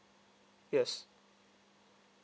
yes